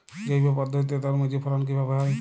জৈব পদ্ধতিতে তরমুজের ফলন কিভাবে হয়?